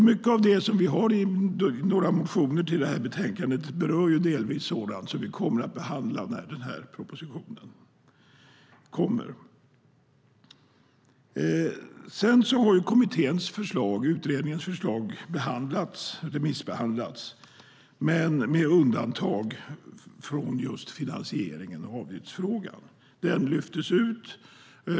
Mycket av det som finns med i motionerna till betänkandet berör delvis sådant som vi kommer att behandla när propositionen läggs fram. Utredningens förslag har remissbehandlats, med undantag av finansierings och avgiftsfrågan. Den frågan lyftes ut.